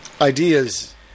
ideas